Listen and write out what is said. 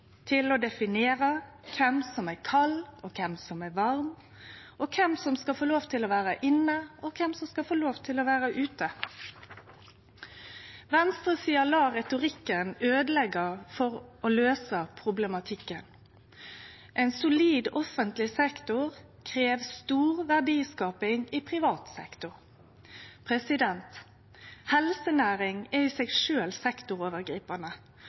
til å definere kven som er kald, kven som er varm, kven som skal få lov til å vere inne, og kven som må vere ute? Venstresida lar retorikken øydeleggje for å løyse problematikken. Ein solid offentleg sektor krev stor verdiskaping i privat sektor. Helsenæringa er i seg sjølv sektorovergripande.